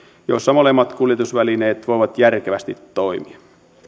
joilla molemmat kuljetusvälineet voivat järkevästi toimia